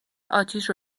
اتیش